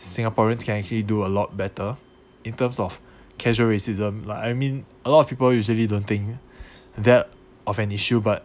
singaporeans can actually do a lot better in terms of casual racism like I mean a lot of people usually don't think that of an issue but